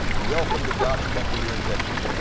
welcome to god's country here in texas.